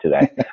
today